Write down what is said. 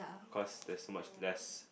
cause there's so much less